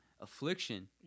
affliction